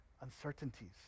uncertainties